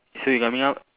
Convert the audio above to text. so you coming out